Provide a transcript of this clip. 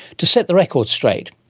to set the record straight.